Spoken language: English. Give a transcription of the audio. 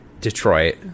Detroit